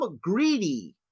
greedy